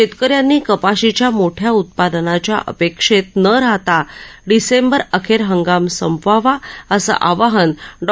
शव्वकऱ्यांनी कपाशीच्या मोठ्या उत्पादनाच्या अपक्षप्न न राहता डिसेंबर अखव हंगाम संपवावा असं आवाहन डॉ